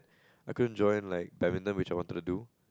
I couldn't join like Badminton which I wanted to do